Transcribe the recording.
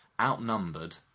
outnumbered